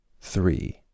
three